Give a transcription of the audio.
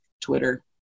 Twitter